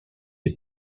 est